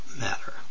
matter